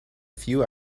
few